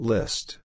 List